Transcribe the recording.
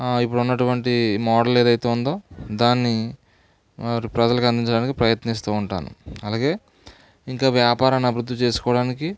ఇప్పుడున్నటువంటి మోడల్ ఏదైతే ఉందో దాన్ని మరి ప్రజలకి అందించడానికి ప్రయత్నిస్తూ ఉంటాను అలాగే ఇంకా వ్యాపారాన్ని అభివృద్ధి చేసుకోవడానికి